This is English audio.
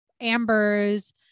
Amber's